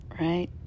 right